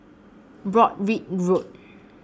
Broadrick Road